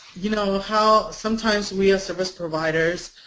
you know how sometimes we as service providers